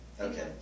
Okay